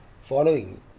following